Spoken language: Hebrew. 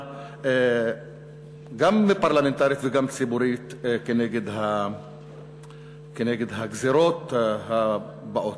גם פרלמנטרית וגם ציבורית נגד הגזירות הבאות.